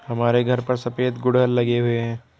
हमारे घर पर सफेद गुड़हल लगे हुए हैं